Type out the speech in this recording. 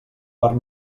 pel